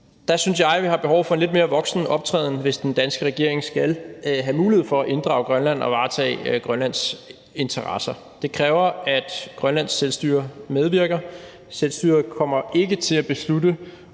Der synes jeg, at vi har behov for en lidt mere voksen optræden, hvis den danske regering skal have mulighed for at inddrage Grønland og varetage Grønlands interesser. Det kræver, at Grønlands selvstyre medvirker. Selvstyret kommer ikke til at beslutte,